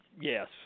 Yes